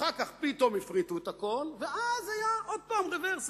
אחר כך פתאום הפריטו הכול, ואז היה עוד פעם רוורס.